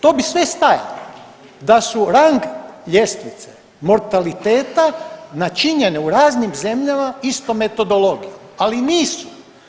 To bi sve stajalo, da su rang ljestvice mortaliteta načinjene u raznim zemljama istom metodologijom ali nisu.